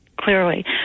Clearly